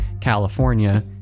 California